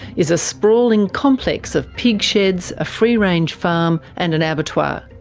is a sprawling complex of pig sheds, a free-range farm and an an abattoir.